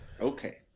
Okay